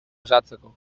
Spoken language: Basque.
osatzeko